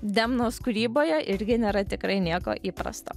demnos kūryboje irgi nėra tikrai nieko įprasto